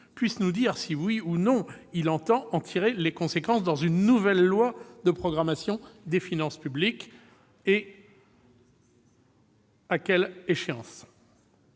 puisse nous dire si, oui ou non, il entend en tirer les conséquences dans une nouvelle loi de programmation des finances publiques, et à quelle échéance.